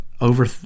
over